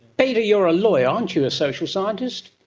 peter, you're a lawyer, aren't you a social scientist?